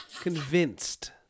convinced